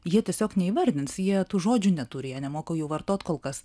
jie tiesiog neįvardins jie tų žodžių neturi jie nemoka jų vartot kol kas